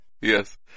Yes